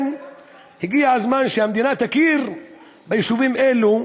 הגיע הזמן שהמדינה תכיר ביישובים אלו,